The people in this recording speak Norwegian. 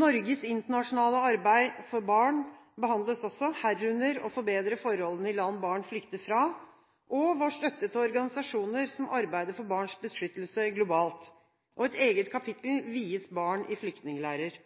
Norges internasjonale arbeid for barn behandles også, herunder å forbedre forholdene i land barn flykter fra, og vår støtte til organisasjoner som arbeider for barns beskyttelse globalt. Et eget kapittel vies barn i flyktningleirer.